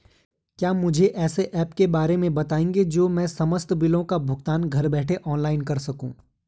क्या मुझे ऐसे ऐप के बारे में बताएँगे जो मैं समस्त बिलों का भुगतान घर बैठे ऑनलाइन कर सकूँ?